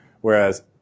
whereas